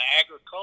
agriculture